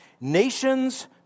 Nations